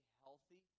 healthy